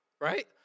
right